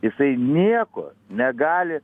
jisai nieko negali